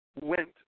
went